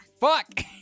Fuck